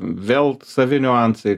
vėl savi niuansai